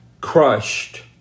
crushed